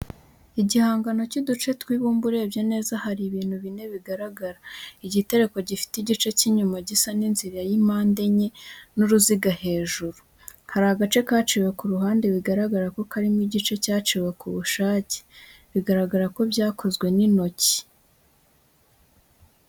Igihangano cy’uduce tw’ibumba urebye neza, hari ibintu bine bigaragara, igitereko gifite igice cy’inyuma gisa n’inzira y’impande enye n’uruziga hejuru. Hari agace kaciwe ku ruhande, bigaragaza ko harimo igice cyaciwe ku bushake, biragaragara ko byakozwe n’intoki.